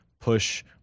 push